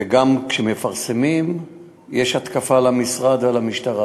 וגם כשמפרסמים יש התקפה על המשרד ועל המשטרה.